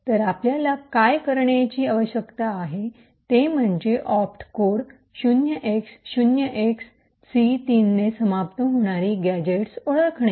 तर आपल्याला काय करण्याची आवश्यकता आहे ते म्हणजे ऑप्ट कोड 0x0XC3 ने समाप्त होणारी गॅझेट्स ओळखणे